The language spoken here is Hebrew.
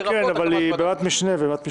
לרבות הקמת ועדת משנה.